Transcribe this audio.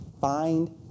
find